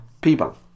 people